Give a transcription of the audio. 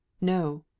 No